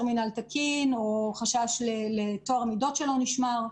מינהל תקין או חשש לטוהר מידות שלא נשמר.